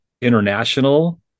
international